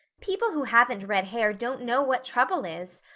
people who haven't red hair don't know what trouble is.